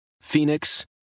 Phoenix